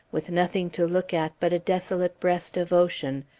with nothing to look at but a desolate breast of ocean,